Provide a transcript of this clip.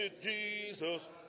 Jesus